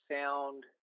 sound